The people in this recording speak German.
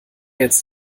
jetzt